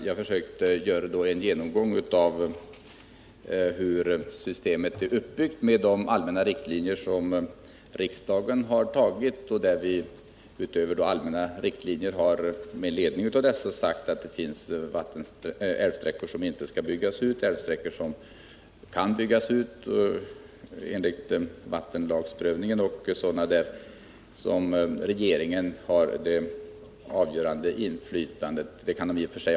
Jag försökte göra en genomgång av hur systemet är uppbyggt med de allmänna riktlinjer som riksdagen har fattat beslut om, och vi har med ledning av dessa riktlinjer slagit fast att det finns älvsträckor som inte kan byggas ut, älvsträckor som kan byggas ut enligt vattenlagsprövningen och sådana för vilka regeringen har det avgörande inflytandet.